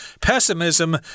Pessimism